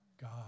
God